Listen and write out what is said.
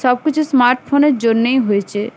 সব কিছু স্মার্টফোনের জন্যেই হয়েছে